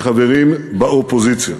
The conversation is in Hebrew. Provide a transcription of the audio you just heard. מחברים באופוזיציה.